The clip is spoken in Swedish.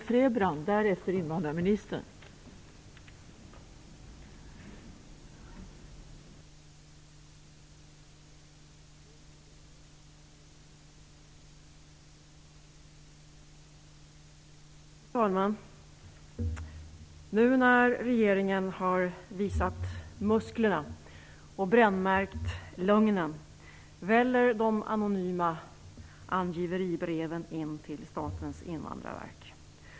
Fru talman! Nu när regeringen har visat musklerna och brännmärkt lögnen väller de anonyma angiveribreven in till Statens invandrarverk.